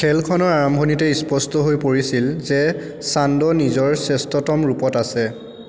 খেলখনৰ আৰম্ভণিতে স্পষ্ট হৈ পৰিছিল যে চান্দ নিজৰ শ্ৰেষ্ঠতম ৰূপত আছে